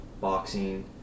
boxing